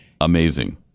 Amazing